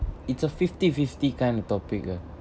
it's a fifty fifty kind of topic lah